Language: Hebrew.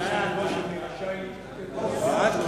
בעד,